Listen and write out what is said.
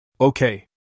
Okay